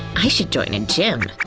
i should join a gym.